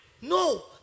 No